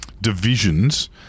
divisions